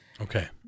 Okay